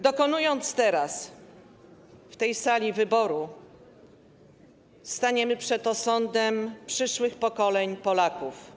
Dokonując teraz w tej sali wyboru, staniemy przed osądem przyszłych pokoleń Polaków.